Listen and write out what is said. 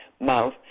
mouth